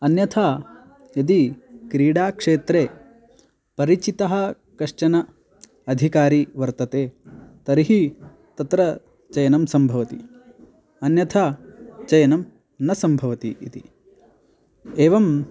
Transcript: अन्यथा यदि क्रीडाक्षेत्रे परिचितः कश्चन अधिकारी वर्तते तर्हि तत्र चयनं सम्भवति अन्यथा चयनं न सम्भवति इति एवं